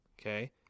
Okay